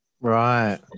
Right